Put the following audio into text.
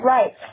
Right